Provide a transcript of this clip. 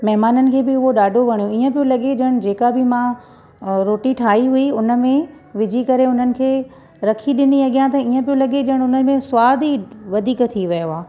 महिमाननि खे बि उहो ॾाढो वणियो ईअं पियो लॻे जन जेका बि मां रोटी ठाही हुई उन में विझी करे उन्हनि खे रखी ॾिनी अॻियां त ईअं पियो लॻे जन उन में स्वाद ई वधीक थी वियो आहे